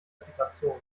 integration